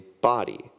body